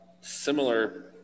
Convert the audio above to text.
Similar